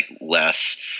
less